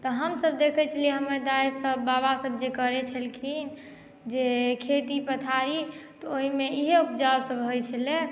तऽ हमसभ देखै छैलियै हमर दाई सभ बाबा सभ जे करै छलखिन जे खेती पथारी तऽ ओहिमे इहे उपजा सभ होइ छलै